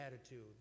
attitude